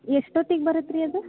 ಎಷ್ಟೊತ್ತಿಗೆ ಬರತ್ತೆ ರೀ ಅದು